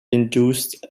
induced